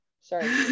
sorry